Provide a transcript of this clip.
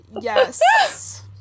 Yes